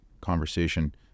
conversation